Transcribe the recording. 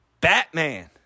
Batman